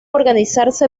organizarse